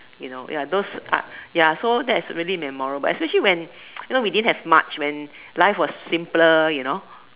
you know ya those type ya so that's really memorable especially when you know we didn't have much when life was simpler you know